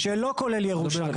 שלא כולל ירושה.